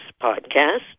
Podcast